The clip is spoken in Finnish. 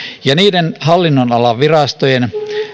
ja niiden hallinnonalan virastojen